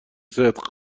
صدق